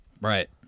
Right